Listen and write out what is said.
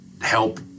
help